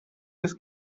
this